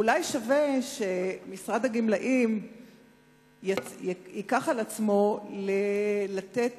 אולי שווה שמשרד הגמלאים ייקח על עצמו לתת